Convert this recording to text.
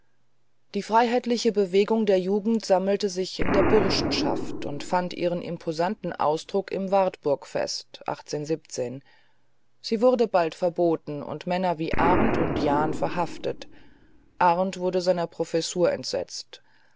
die freiheitliche bewegung der jugend sammelte sich in der burschenschaft und fand ihren imposanten ausdruck im warburg fest sie wurde bald verboten und männer wie arndt und jahn verhaftet arndt wurde seiner professur entsetzt